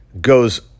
goes